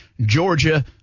Georgia –